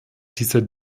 dieser